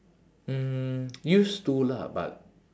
mm used to lah but